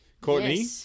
Courtney